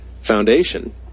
foundation